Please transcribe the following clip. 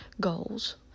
goals